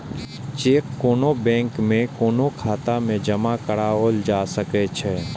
cheque कोनो bank में कोनो खाता मे जमा कराओल जा सकै छै